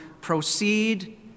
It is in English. proceed